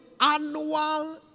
annual